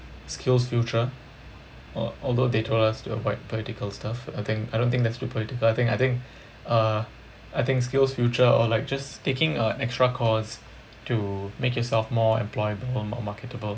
SkillsFuture uh although they told us to avoid political stuff I think I don't think that's too political I think I think uh I think SkillsFuture or like just taking a extra course to make yourself more employable more marketable